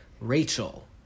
Rachel